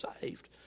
saved